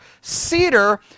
Cedar